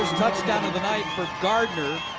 touchdown of the night for gardner,